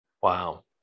Wow